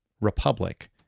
republic